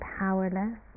powerless